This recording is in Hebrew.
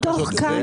מתוך כמה?